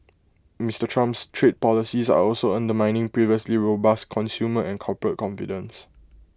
Mister Trump's trade policies are also undermining previously robust consumer and corporate confidence